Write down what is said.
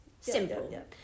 Simple